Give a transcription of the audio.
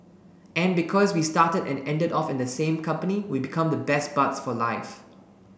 and because we started and ended off in the same company we become the best buds for life